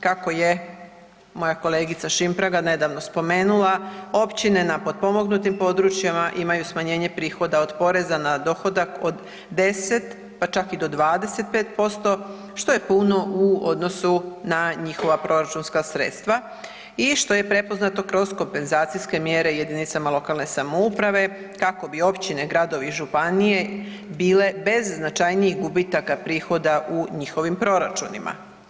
Kako je moja kolegica Šimpraga nedavno spomenula, općine na potpomognutim područjima imaju smanjenje prihoda od poreza na dohodak od 10, pa čak i do 25%, što je puno u odnosu na njihova proračunska sredstva i što je prepoznato kroz kompenzacijske mjere JLS-ovima kako bi općine, gradovi i županije bile bez značajnijih gubitaka prihoda u njihovim proračunima.